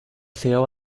sigueu